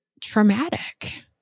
traumatic